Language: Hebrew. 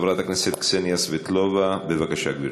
גברתי.